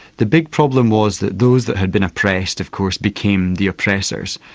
the big problem was that those that had been oppressed of course became the oppressors,